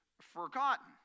forgotten